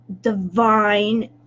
divine